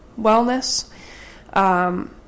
wellness